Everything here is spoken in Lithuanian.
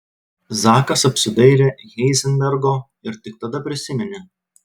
zakas apsidairė heizenbergo ir tik tada prisiminė